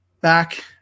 back